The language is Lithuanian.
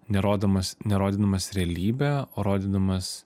nerodomas nerodydamas realybę o rodydamas